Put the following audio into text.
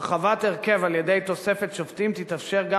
הרחבת הרכב על-ידי תוספת שופטים תתאפשר גם